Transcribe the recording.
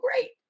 great